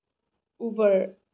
Uber